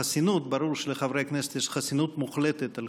דברי הכנסת חוברת י'